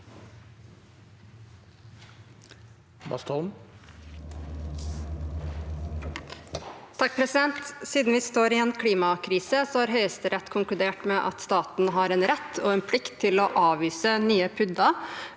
(MDG) Siden vi står i en klimakrise, har Høyesterett konkludert med at staten har rett og plikt til å avvise nye PUD-er